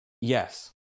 Yes